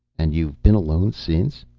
and you've been alone since?